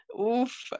oof